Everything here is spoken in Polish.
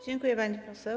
Dziękuję, pani poseł.